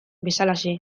bezalaxe